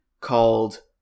called